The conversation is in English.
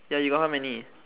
ya you got how many